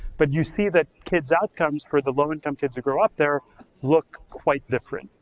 but you see that kid's outcomes for the low income kids who grew up there look quite different,